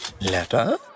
Letter